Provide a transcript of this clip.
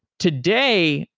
today,